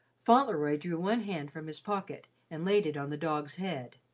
fauntleroy drew one hand from his pocket and laid it on the dog's head.